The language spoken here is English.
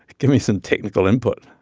give me some technical input.